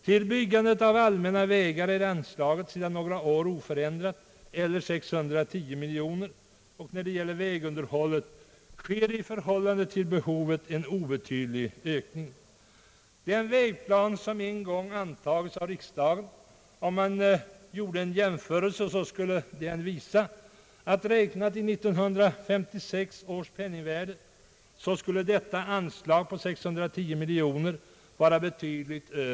Till byggandet av allmänna vägar är anslaget sedan några år oförändrat eller 610 miljoner kronor, och när det gäller vägunderhållet sker i förhållande till behovet en obetydlig ökning. Den vägplan som en gång antagits av riksdagen skulle vid en jämförelse visa att detta anslag på 610 miljoner kronor räknat i 1956 års penningvärde skulle vara betydligt över 1090 miljoner kronor.